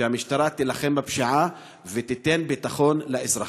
שהמשטרה תילחם בפשיעה ותיתן ביטחון לאזרחים.